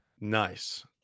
Nice